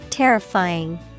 terrifying